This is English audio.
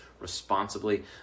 responsibly